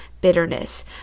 bitterness